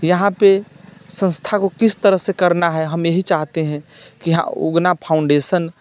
यहाँपे सँस्था को किस तरह से करना है हम यही चाहते हैं कि यहाँ उगना फाउंडेशन